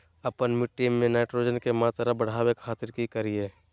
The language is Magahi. आपन मिट्टी में नाइट्रोजन के मात्रा बढ़ावे खातिर की करिय?